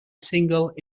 single